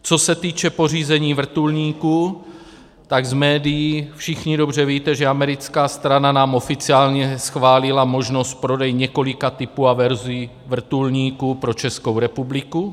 Co se týče pořízení vrtulníků, tak z médií všichni dobře víte, že americká strana nám oficiálně schválila možnost prodeje několika typů a verzí vrtulníků pro Českou republiku.